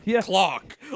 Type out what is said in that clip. clock